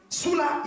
sula